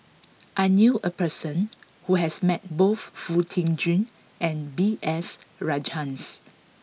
I knew a person who has met both Foo Tee Jun and B S Rajhans